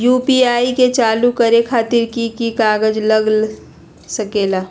UPI के चालु करे खातीर कि की कागज़ात लग सकेला?